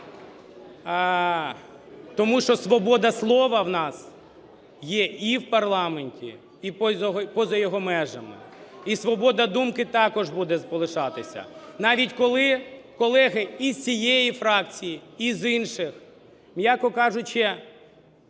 Тому що свобода слова у нас є і в парламенті, і поза його межами, і свобода думки також буде лишатися. Навіть коли і з цієї фракції, і з інших, м'яко кажучи,